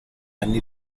anni